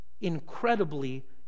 incredibly